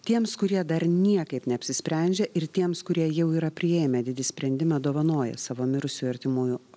tiems kurie dar niekaip neapsisprendžia ir tiems kurie jau yra priėmę didį sprendimą dovanoja savo mirusiųjų artimųjų